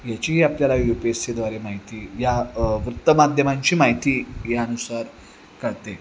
याचीही आपल्याला U P S सीद्वारे माहिती या वृत्तमाध्यमांची माहिती यानुसार कळते